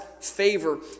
favor